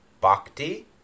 bhakti